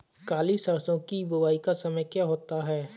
काली सरसो की बुवाई का समय क्या होता है?